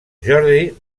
jordi